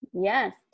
yes